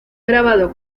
grabado